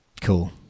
cool